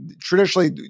traditionally